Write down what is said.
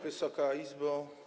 Wysoka Izbo!